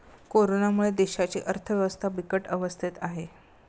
कोरोनामुळे देशाची अर्थव्यवस्था बिकट अवस्थेत आहे